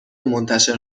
منتشر